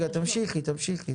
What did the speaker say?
תמשיכי, תמשיכי.